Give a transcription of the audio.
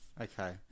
Okay